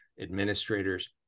administrators